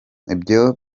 ibyo